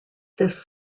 this